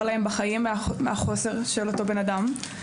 להם בחיים מהחוסר של אותו בן אדם.